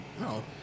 No